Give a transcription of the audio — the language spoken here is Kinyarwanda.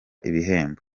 ibihembo